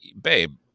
babe